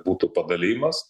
būtų padalijimas